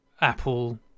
Apple